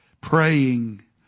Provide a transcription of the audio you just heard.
Praying